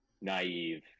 naive